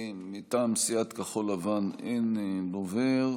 מטעם סיעת כחול לבן אין דובר.